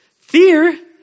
Fear